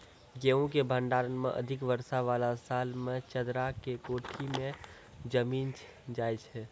गेहूँ के भंडारण मे अधिक वर्षा वाला साल मे चदरा के कोठी मे जमीन जाय छैय?